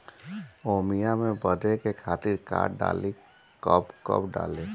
आमिया मैं बढ़े के खातिर का डाली कब कब डाली?